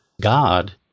God